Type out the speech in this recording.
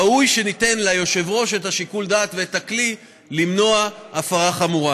ראוי שניתן ליושב-ראש את שיקול הדעת ואת הכלי למנוע הפרה חמורה.